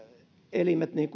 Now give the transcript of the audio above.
elimet niin